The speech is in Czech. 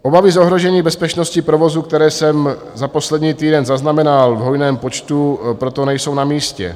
Obavy z ohrožení bezpečnosti provozu, které jsem za poslední týden zaznamenal v hojném počtu, proto nejsou namístě.